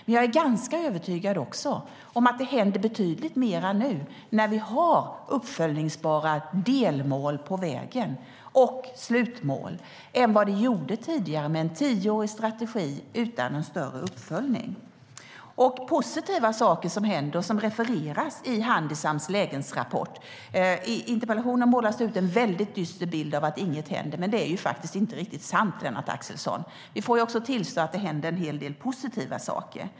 Men jag är också övertygad om att det händer betydligt mer nu, när vi har uppföljbara delmål på vägen och slutmål, än vad det gjorde tidigare med en tioårig strategi utan någon större uppföljning. Det händer positiva saker som refereras i Handisams lägesrapport. I interpellationen målas det upp en dyster bild av att inget händer. Men det är inte riktigt sant, Lennart Axelsson. Vi får tillstå att det händer en hel del positiva saker.